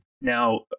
Now